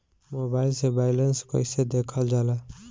Mobile से balance कइसे देखल जाला?